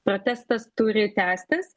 protestas turi tęstis